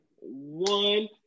One